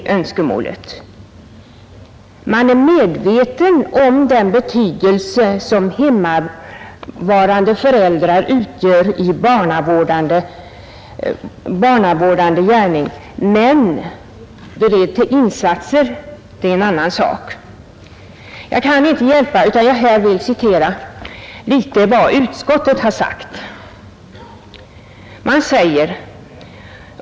Man är medveten om den betydelse som hemmavarande föräldrar har i barnavårdande gärning — men vara beredd till insatser det är en annan sak. Jag kan inte underlåta att citera något av vad utskottet har anfört.